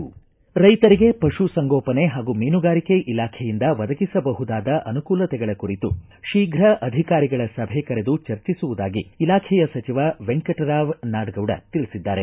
ರ್ನೈತರಿಗೆ ಪಶು ಸಂಗೋಪನೆ ಹಾಗೂ ಮೀನುಗಾರಿಕೆ ಇಲಾಖೆಯಿಂದ ಒದಗಿಸಬಹುದಾದ ಅನುಕೂಲತೆಗಳ ಕುರಿತು ಶೀಫ್ರ ಅಧಿಕಾರಿಗಳ ಸಭೆ ಕರೆದು ಚರ್ಚಿಸುವುದಾಗಿ ಇಲಾಖೆಯ ಸಚಿವ ವೆಂಕಟರಾವ್ ನಾಡಗೌಡ ತಿಳಿಸಿದ್ದಾರೆ